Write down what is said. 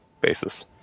basis